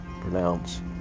pronounce